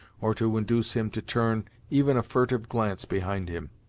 or to induce him to turn even a furtive glance behind him.